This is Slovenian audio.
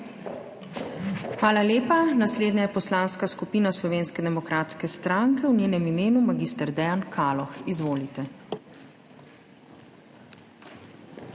Hvala lepa. Naslednja je Poslanska skupina Slovenske demokratske stranke, v njenem imenu mag. Dejan Kaloh. Izvolite.